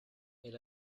elle